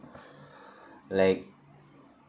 like